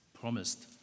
promised